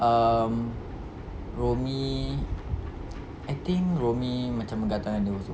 um rumi I think rumi macam menggatal dengan dia also